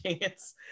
chance